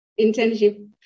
internship